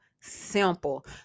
simple